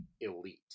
elite